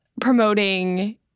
promoting